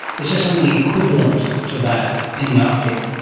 is there something equivalent to that in the arctic?